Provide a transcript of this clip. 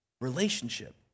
relationship